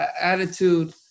attitude